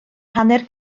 hanner